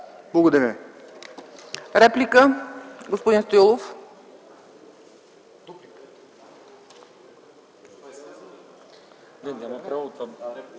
Благодаря.